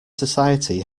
society